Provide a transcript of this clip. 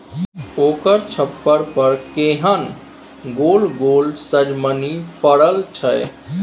ओकर छप्पर पर केहन गोल गोल सजमनि फड़ल छै